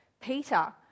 peter